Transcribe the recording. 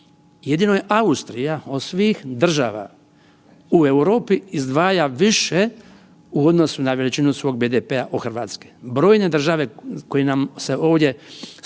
jedino je Austrija od svih država u Europi izdvaja više u odnosu na veličinu svog BDP-a od Hrvatske. Brojne države koje nam se ovdje